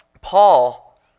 Paul